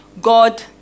God